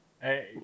Hey